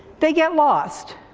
they get lost.